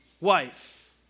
wife